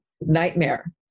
nightmare